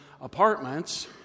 apartments